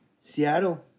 Seattle